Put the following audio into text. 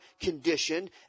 condition